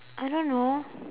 I don't know